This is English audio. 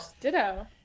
ditto